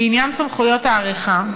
לעניין סמכויות העריכה,